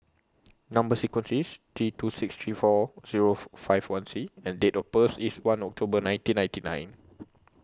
Number sequence IS T two six three four Zero four five one C and Date of birth IS one October nineteen ninety nine